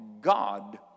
God